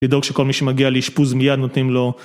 לדאוג שכל מי שמגיע לאשפוז מיד נותנים לו